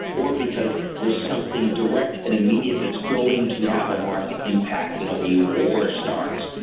or because there's something direct and immediate that's going to have a market impact. you know, a war starts.